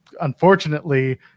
Unfortunately